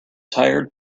tired